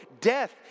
Death